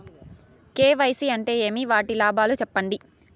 KYC అంటే ఏమి? వాటి లాభాలు సెప్పండి?